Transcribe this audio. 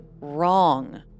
wrong